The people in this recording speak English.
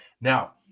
Now